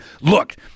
Look